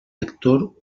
lector